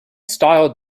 styled